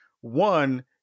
one